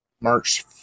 March